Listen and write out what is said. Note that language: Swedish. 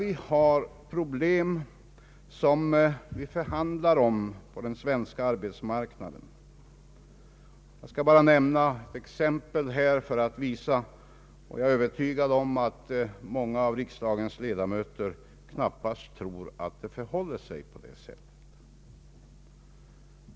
Vi har problem som vi förhandlar om på den svenska arbetsmarknaden. Jag skall bara nämna ett exempel, och jag är ganska övertygad om att många av riksdagens ledamöter knappast tror att det förhåller sig som det gör.